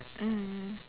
mm